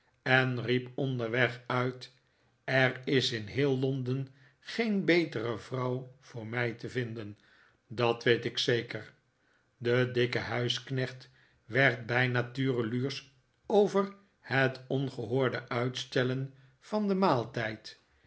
en riep onderweg uit er is in heel londen geen betere vrouw voor mij te vinden dat weet ik zeker de dikke huisknecht werd bijna tureluursch over het ongehoorde uitstellen van den maaltijd